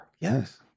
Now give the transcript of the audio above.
yes